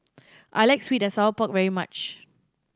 I like sweet and sour pork very much